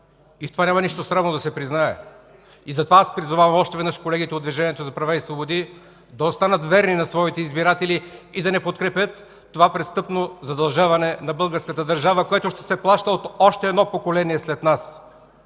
И няма нищо срамно това да се признае, затова призовавам още веднъж колегите от Движението за права и свободи – да останат верни на своите избиратели и да не подкрепят това престъпно задължаване на българската държава, което ще се плаща от още едно поколение след нас!